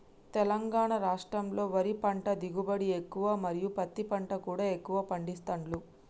తెలంగాణ రాష్టంలో వరి పంట దిగుబడి ఎక్కువ మరియు పత్తి పంట కూడా ఎక్కువ పండిస్తాండ్లు